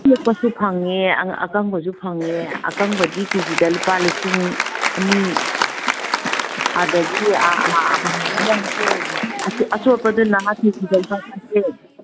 ꯑꯆꯣꯠꯄꯁꯨ ꯐꯪꯏ ꯑꯀꯪꯕꯁꯨ ꯐꯪꯏ ꯑꯀꯪꯕꯗꯤ ꯀꯦꯖꯤꯗ ꯂꯨꯄꯥ ꯂꯤꯁꯤꯡ ꯑꯅꯤ ꯑꯗꯒꯤ ꯀꯩꯅꯣꯗꯨꯅ ꯑꯆꯣꯠꯄꯗꯨꯅ ꯀꯦꯖꯤꯗ ꯂꯨꯄꯥ ꯆꯥꯇꯔꯦꯠ